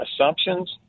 assumptions